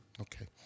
okay